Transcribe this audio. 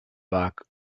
back